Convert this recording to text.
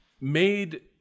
made